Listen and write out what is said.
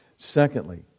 Secondly